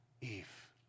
Eve